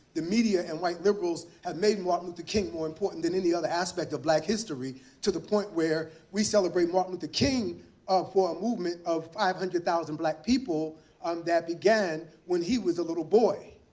the media and white liberals have made martin luther king more important than any other aspect of black history to the point where we celebrate martin luther king for a movement of five hundred thousand black people um that began when he was a little boy.